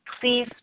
Please